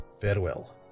Farewell